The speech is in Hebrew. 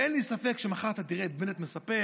ואין לי ספק שמחר אתה תראה את בנט מספר